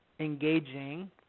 engaging